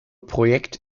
projekt